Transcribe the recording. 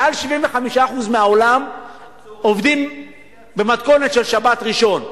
מעל 75% מהעולם עובדים במתכונת של שבת-ראשון.